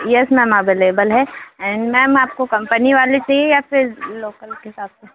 yes ma'am available है and ma'am आपको company वाले चाहिए या फिर लोकल के हिसाब से